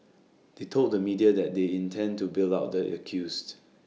they told the media that they intend to bail out the accused